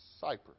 Cyprus